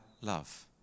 love